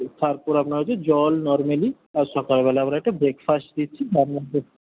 তারপর আপনার হচ্ছে জল নর্মালি আর সকালবেলা আমরা একটা ব্রেকফাস্ট দিচ্ছি তারমধ্যে